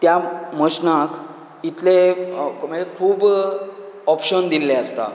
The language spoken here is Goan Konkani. त्या मशिनाक इतलें मागीर खूब ऑप्शनस दिल्ले आसतात